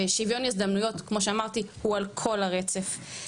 ושיווין הזדמנויות, כמו שאמרתי, הוא על כל הרצף,